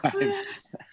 times